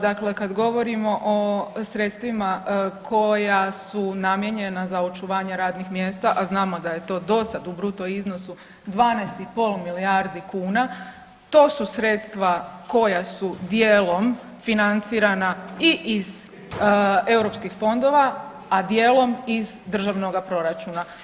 Dakle kada govorimo o sredstvima koja su namijenjena za očuvanje radnih mjesta, a znamo da je to do sada u bruto iznosu 12,5 milijardi kuna to su sredstva koja su dijelom financirana i iz europskih fondova, a dijelom iz državnoga proračuna.